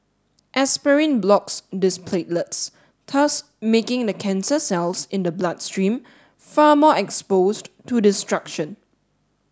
aspirin blocks these platelets thus making the cancer cells in the bloodstream far more exposed to destruction